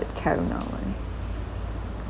with caramel [one]